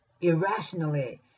irrationally